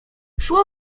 szło